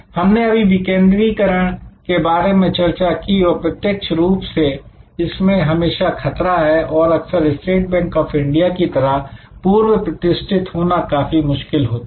हमने अभी विकेंद्रीयकरण के बारे में चर्चा की और प्रत्यक्ष रूप से इसमें हमेशा खतरा है और अक्सर स्टेट बैंक ऑफ इंडिया की तरह पूर्व प्रतिष्ठित होना काफी मुश्किल होता है